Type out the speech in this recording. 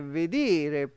vedere